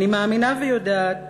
אני מאמינה ויודעת